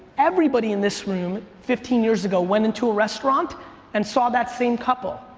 everybody in this room, fifteen years ago went into a restaurant and saw that same couple.